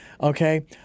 Okay